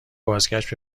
بازگشت